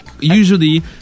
Usually